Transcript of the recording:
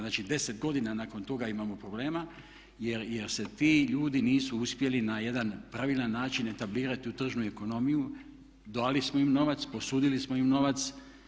Znači, 10 godina nakon toga imamo problema jer se ti ljudi nisu uspjeli na jedan pravilan način etablirati u tržnu ekonomiju, dali smo im novac, posudili smo im novac.